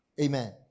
amen